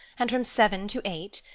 and from seven to eight,